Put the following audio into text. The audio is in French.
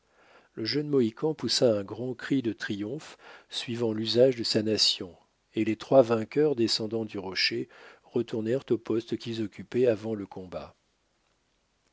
le jeune mohican poussa un grand cri de triomphe suivant l'usage de sa nation et les trois vainqueurs descendant du rocher retournèrent au poste qu'ils occupaient avant le combat